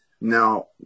now